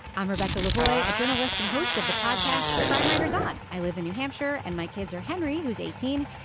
i'm rebecca lavoy a journalist and host of the podcast crime writers on i live in new hampshire and my kids are henry who's eighteen.